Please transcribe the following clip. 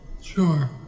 Sure